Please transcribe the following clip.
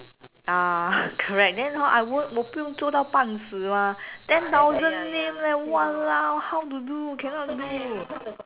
ah correct then hor I won't 我不用做到半死 mah ten thousand name leh !walao! how to do cannot do